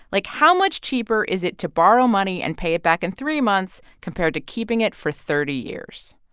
like, how much cheaper is it to borrow money and pay it back in three months compared to keeping it for thirty years?